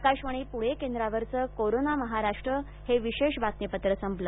आकाशवाणी पुणे केंद्रावरच कोरोना महाराष्ट्र हे विशेष बातमीपत्र संपल